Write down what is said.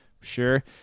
Sure